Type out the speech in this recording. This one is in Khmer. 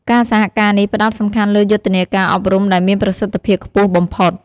ការសហការនេះផ្តោតសំខាន់លើយុទ្ធនាការអប់រំ ដែលមានប្រសិទ្ធភាពខ្ពស់បំផុត។